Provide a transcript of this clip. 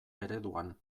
ereduan